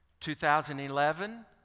2011